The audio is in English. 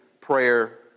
prayer